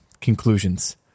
conclusions